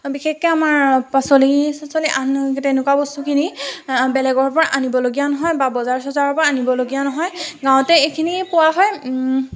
বিশেষকৈ আমাৰ পাছলি চাছলি আন তেনেকুৱা বস্তুখিনি বেলেগৰপৰা আনিব লগীয়া নহয় বা বজাৰ চজাৰৰপৰা আনিবলগীয়া নহয় গাঁৱতে এইখিনি পোৱা হয়